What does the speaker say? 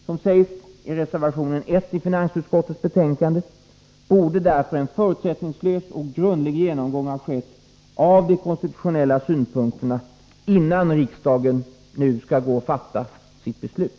Som det sägs i reservation 1 i finansutskottets betänkande borde därför en förutsättningslös och grundlig genomgång ha skett av de konstitutionella synpunkterna, innan riksdagen fattar beslut.